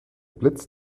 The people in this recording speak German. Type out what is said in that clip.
blitz